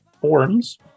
forums